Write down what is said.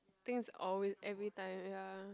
think is always every time ya